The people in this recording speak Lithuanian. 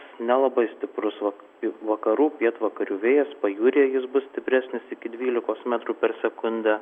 nelabai stiprus vak vakarų pietvakarių vėjas pajūryje jis bus stipresnis iki dvylikos metrų per sekundę